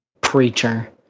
preacher